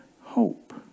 hope